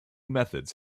methods